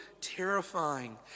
terrifying